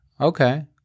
Okay